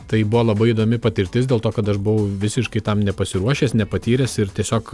tai buvo labai įdomi patirtis dėl to kad aš buvau visiškai tam nepasiruošęs nepatyręs ir tiesiog